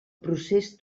procés